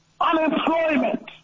unemployment